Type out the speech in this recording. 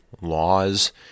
laws